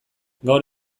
gaur